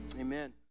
Amen